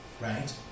right